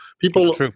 people